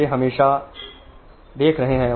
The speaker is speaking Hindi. वे हमेशा वहां पर स्थित है